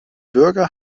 bürger